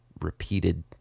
repeated